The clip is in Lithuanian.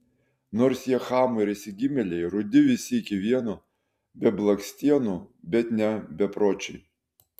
nors jie chamai ir išsigimėliai rudi visi iki vieno be blakstienų bet ne bepročiai